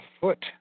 foot